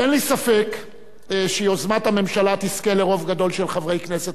אין לי ספק שיוזמת הממשלה תזכה לרוב גדול של חברי הכנסת,